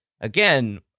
again